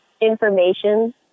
information